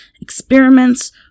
Experiments